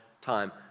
time